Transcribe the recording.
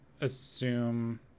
assume